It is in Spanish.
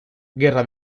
guerra